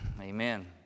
amen